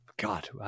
God